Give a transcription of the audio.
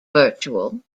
virtual